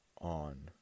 on